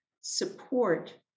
support